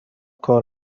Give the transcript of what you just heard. کار